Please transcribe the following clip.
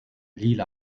lila